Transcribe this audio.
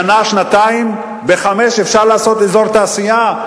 בשנה, שנתיים, חמש שנים, אפשר לעשות אזור תעשייה?